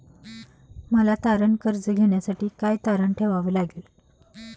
मला तारण कर्ज घेण्यासाठी काय तारण ठेवावे लागेल?